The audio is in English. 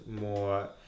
more